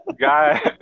Guy